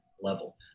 level